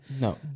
No